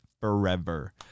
forever